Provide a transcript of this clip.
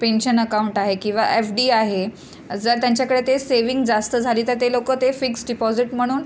pension account आहे किंवा F D आहे जर त्यांच्याकडे ते सेविंग जास्त झाली तर ते लोक ते फिक्स डिपॉजिट म्हणून